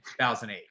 2008